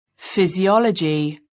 Physiology